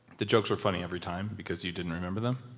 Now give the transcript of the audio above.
the jokes were funny every time because you didn't remember them?